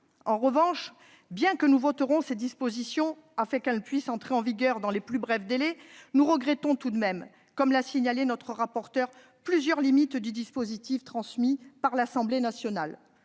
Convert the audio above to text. En revanche, même si nous voterons ces dispositions afin qu'elles puissent entrer en vigueur dans les plus brefs délais, nous regrettons, comme l'a souligné notre rapporteure, plusieurs limites du dispositif transmis par l'Assemblée nationale.